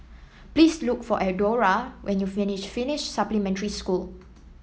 please look for Eudora when you finish Finnish Supplementary School